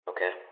Okay